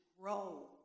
grow